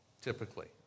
typically